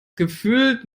gefühlt